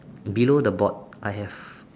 below the board I have